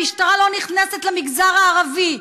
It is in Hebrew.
המשטרה לא נכנסת למגזר הערבי.